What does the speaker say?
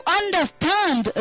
understand